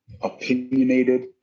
opinionated